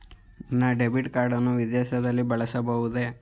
ನನ್ನ debit card ಅನ್ನು ವಿದೇಶದಲ್ಲಿ ಬಳಸಬಹುದೇ?